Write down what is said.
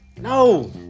No